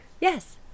Yes